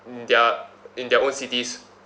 their in their own cities